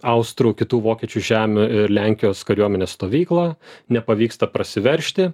austrų kitų vokiečių žemių ir lenkijos kariuomenės stovyklą nepavyksta prasiveržti